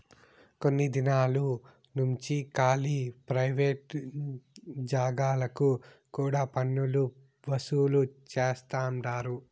కొన్ని దినాలు నుంచి కాలీ ప్రైవేట్ జాగాలకు కూడా పన్నులు వసూలు చేస్తండారు